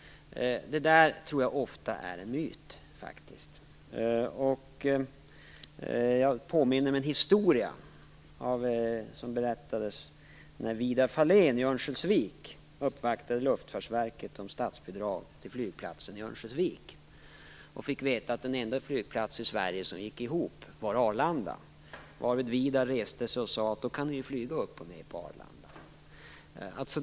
Jag tror att detta ofta är en myt. Jag påminner mig en historia som berättades när Vidar Fahlén i Örnsköldsvik uppvaktade Luftfartsverket om statsbidrag till flygplatsen i Örnsköldsvik och fick veta att den enda flygplats i Sverige där ekonomin gick ihop var Arlanda. Vidar reste sig då och sade: Då kan ni ju flyga upp och ned på Arlanda.